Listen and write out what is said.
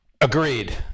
agreed